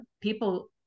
people